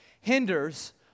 hinders